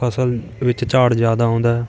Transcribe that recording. ਫਸਲ ਵਿੱਚ ਝਾੜ ਜ਼ਿਆਦਾ ਆਉਂਦਾ ਹੈ